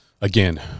again